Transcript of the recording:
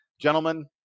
gentlemen